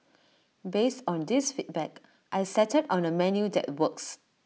based on these feedback I settled on A menu that works